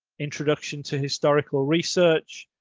introduction to historical research,